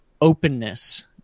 openness